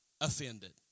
offended